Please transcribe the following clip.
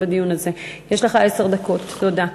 תודה.